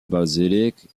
basilique